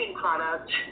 product